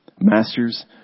Masters